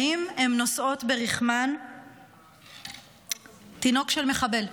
האם הן נושאות ברחמן תינוק של מחבל?